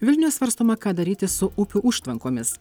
vilniuje svarstoma ką daryti su upių užtvankomis